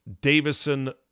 Davison